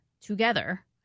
together